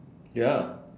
ya